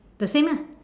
the same ah